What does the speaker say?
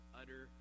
utter